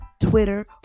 Twitter